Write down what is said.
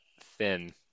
Thin